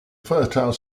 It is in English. fertile